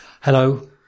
Hello